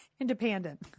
Independent